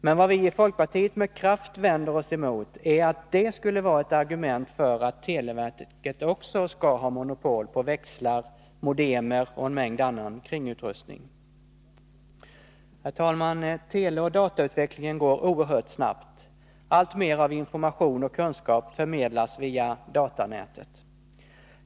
Men vad vi i folkpartiet med kraft vänder oss emot är att det skulle vara ett argument för att televerket också skall ha monopol på växlar, modemer och en mängd annan kringutrustning. Herr talman! Teleoch datautvecklingen går oerhört snabbt. Alltmer av information och kunskap förmedlas via datanätet.